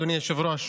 אדוני היושב-ראש.